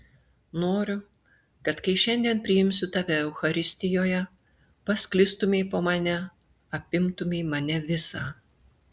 noriu kad kai šiandien priimsiu tave eucharistijoje pasklistumei po mane apimtumei mane visą